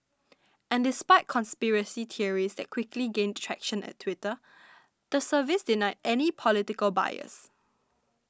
and despite conspiracy theories that quickly gained traction at Twitter the service denied any political bias